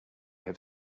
have